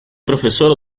profesor